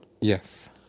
Yes